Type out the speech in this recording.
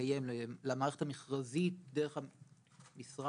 לקיים למערכת המכרזית דרך המשרד